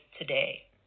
today